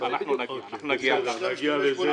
נגיע לזה.